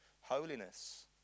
holiness